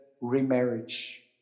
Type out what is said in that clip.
remarriage